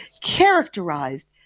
characterized